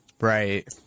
Right